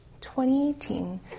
2018